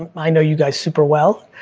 um i know you guys super well,